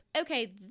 okay